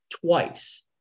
twice